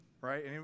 right